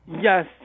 yes